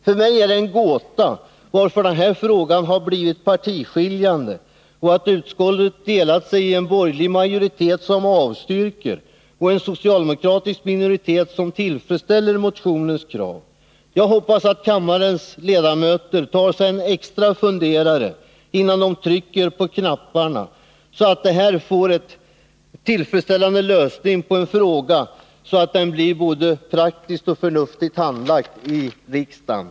Det är en gåta för mig att denna fråga har blivit partiskiljande och att utskottet har delat sig i en borgerlig majoritet som avstyrker och en socialdemokratisk minoritet som tillfredsställer motionens krav. Jag hoppas att kammarens ledamöter tar sig en extra funderare innan de trycker på knapparna, så att vi får en tillfredsställande lösning på denna fråga och att den blir både praktiskt och förnuftigt handlagd i riksdagen.